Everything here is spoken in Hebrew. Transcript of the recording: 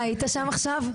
היית שם עכשיו?